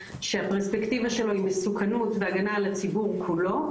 שהפרספקטיבה שלו היא מסוכנות והגנה על הציבור כולו,